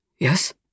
Yes